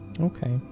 Okay